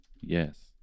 Yes